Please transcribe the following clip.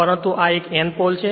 પરંતુ આ એક N પોલ છે